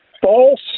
false